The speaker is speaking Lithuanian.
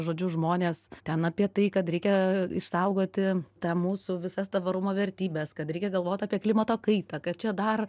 žodžiu žmonės ten apie tai kad reikia išsaugoti tą mūsų visas tvarumo vertybes kad reikia galvot apie klimato kaitą kad čia dar